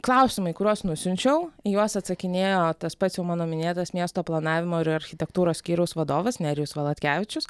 klausimai kuriuos nusiunčiau į juos atsakinėjo tas pats jau mano minėtas miesto planavimo ir architektūros skyriaus vadovas nerijus valatkevičius